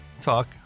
Talk